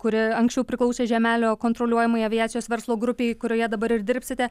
kuri anksčiau priklausė žiemelio kontroliuojamai aviacijos verslo grupei kurioje dabar ir dirbsite